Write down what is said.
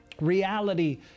reality